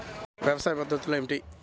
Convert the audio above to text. వ్యవసాయ పద్ధతులు ఏమిటి?